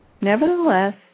nevertheless